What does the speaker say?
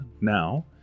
now